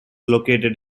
located